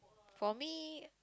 for me